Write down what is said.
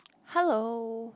hello